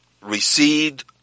received